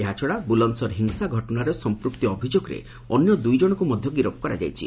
ଏହାଛଡ଼ା ବୁଲନ୍ଦସର ହିଂସା ଘଟଣାରେ ସଂପୃକ୍ତି ଅଭିଯୋଗରେ ଅନ୍ୟ ଦୁଇ ଜଣଙ୍କୁ ମଧ୍ୟ ଗିରଫ୍ କରାଯାଇଛି